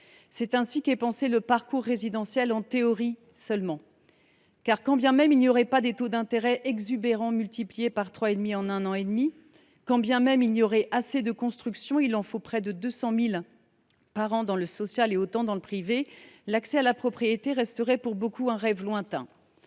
C’est ainsi qu’est pensé le parcours résidentiel, mais en théorie seulement. Quand bien même il n’y aurait pas de taux d’intérêt exorbitants, multipliés par 3,5 en un an et demi, quand bien même il y aurait assez de constructions – il en faut près de 200 000 par an dans le secteur social et autant dans le privé –, l’accès à la propriété resterait pour beaucoup un rêve lointain.